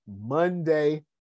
Monday